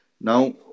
Now